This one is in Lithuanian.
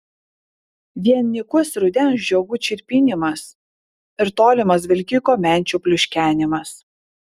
vien nykus rudens žiogų čirpinimas ir tolimas vilkiko menčių pliuškenimas